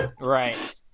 right